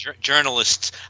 journalists